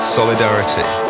solidarity